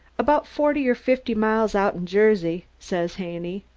about forty or fifty miles out'n jersey said haney.